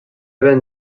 ben